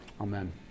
Amen